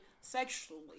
sexually